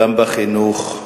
גם בחינוך,